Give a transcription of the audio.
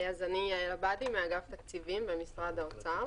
אני יעל עבאדי, מאגף תקציבים במשרד האוצר.